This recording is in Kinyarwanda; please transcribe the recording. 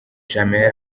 jammeh